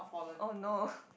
orh no